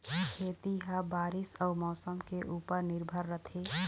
खेती ह बारीस अऊ मौसम के ऊपर निर्भर रथे